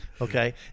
Okay